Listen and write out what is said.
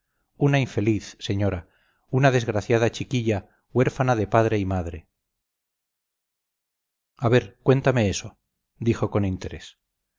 una infeliz señora una desgraciada chiquilla huérfana de padre y madre a ver cuéntame eso dijo con interés